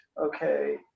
okay